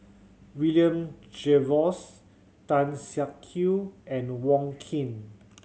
William Jervois Tan Siak Kew and Wong Keen